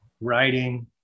Writing